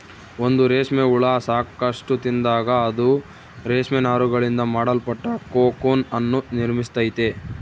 ಒಂದು ರೇಷ್ಮೆ ಹುಳ ಸಾಕಷ್ಟು ತಿಂದಾಗ, ಅದು ರೇಷ್ಮೆ ನಾರುಗಳಿಂದ ಮಾಡಲ್ಪಟ್ಟ ಕೋಕೂನ್ ಅನ್ನು ನಿರ್ಮಿಸ್ತೈತೆ